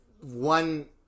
one